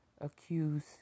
accuse